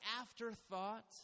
afterthought